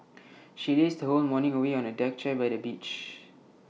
she lazed her whole morning away on A deck chair by the beach